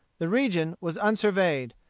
the region was unsurveyed,